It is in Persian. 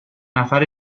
نفر